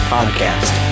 Podcast